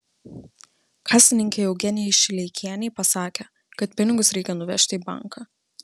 kasininkei eugenijai šileikienei pasakė kad pinigus reikia nuvežti į banką